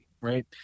right